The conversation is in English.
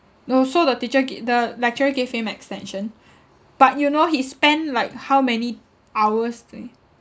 no so the teacher gave the lecturer gave him extension but you know he spent like how many hours doing